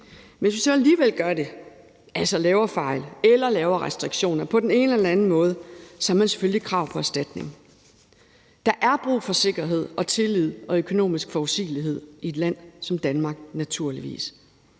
vel? Hvis vi så alligevel gør det, altså laver fejl eller laver restriktioner på den ene eller den anden måde, så har man selvfølgelig krav på erstatning. Der er brug for sikkerhed og tillid og økonomisk forudsigelighed i et land som Danmark, naturligvis.